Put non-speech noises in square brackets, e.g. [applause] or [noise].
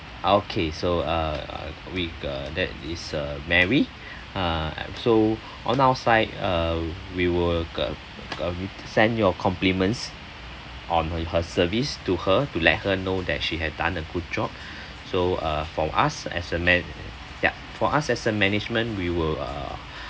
okay so uh we uh that is uh mary uh so on our side uh we will uh uh send your compliments on her service to her to let her know that she had done a good job [breath] so uh for us as a man ya for us as a management we will uh